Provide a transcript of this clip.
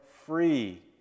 free